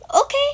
okay